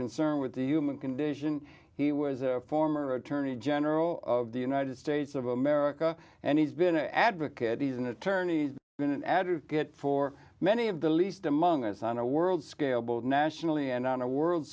concerned with the human condition he was a former attorney general of the united states of america and he's been an advocate he's an attorney been an advocate for many of the least among us on a world scale both nationally and on a world